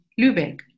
Lübeck